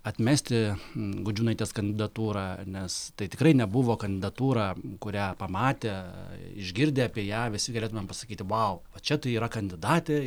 atmesti gudžiūnaitės kandidatūrą nes tai tikrai nebuvo kandidatūra kurią pamatę išgirdę apie ją visi galėtumėm pasakyti vau va čia tai yra kandidatė